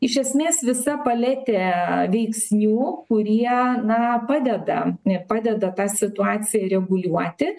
iš esmės visą paletė veiksnių kurie na padeda padeda tą situaciją reguliuoti